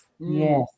yes